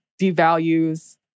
devalues